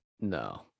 No